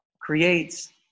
creates